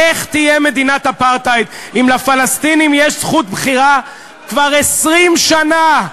איך תהיה מדינת אפרטהייד אם לפלסטינים יש זכות בחירה כבר 20 שנה,